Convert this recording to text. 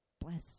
bless